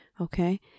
Okay